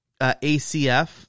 ACF